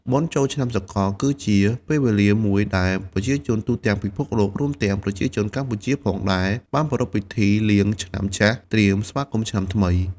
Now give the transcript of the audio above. បុណ្យចូលឆ្នាំសកល គឺជាពេលវេលាមួយដែលប្រជាជនទូទាំងពិភពលោក រួមទាំងប្រជាជនកម្ពុជាផងដែរ បានប្រារព្ធពិធីលាឆ្នាំចាស់ ត្រៀមស្វាគមន៍ឆ្នាំថ្មី។